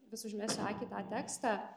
vis užmesiu akį į tą tekstą